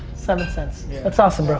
seven cents, that's awesome, bro,